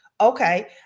Okay